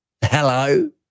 Hello